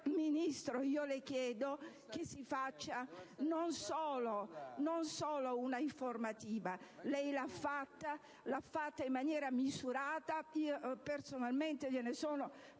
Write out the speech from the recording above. Ministro, le chiedo che si faccia non solo un'informativa - lei l'ha fatta in maniera misurata, e personalmente le sono